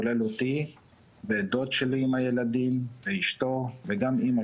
כולל אותי ואת דוד שלי עם הילדים ואשתו וגם אמא